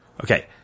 Okay